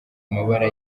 amabara